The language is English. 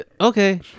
Okay